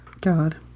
God